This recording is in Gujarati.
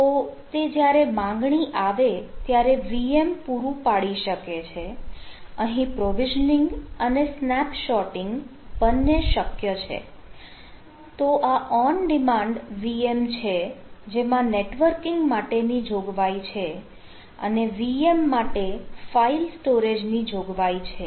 તો તે જ્યારે માગણી આવે ત્યારે VM પૂરું પાડી શકે છે અહીં પ્રોવિઝનીગ ની જોગવાઈ છે